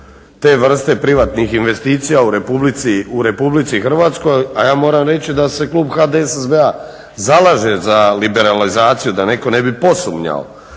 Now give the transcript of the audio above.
te vrste privatnih investicija u RH, a ja moram reći da se klub HDSSB-a zalaže za liberalizaciju, da neko ne bi posumnjao,